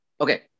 okay